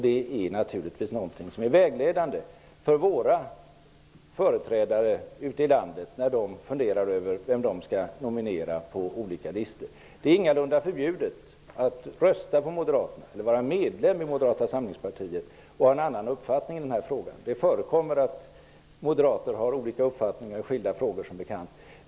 Detta är naturligtvis vägledande för våra företrädare ute i landet när de funderar över vilka de skall nominera på olika listor. Det är ingalunda förbjudet att vara medlem i Moderata samlingspartiet och samtidigt ha en annan uppfattning i denna fråga. Det förekommer som bekant att moderater har olika uppfattningar i skilda frågor.